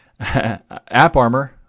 AppArmor